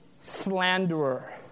slanderer